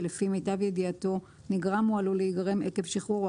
שלפי מיטב ידיעתו נגרם או עלול להיגרם עקב שחרור או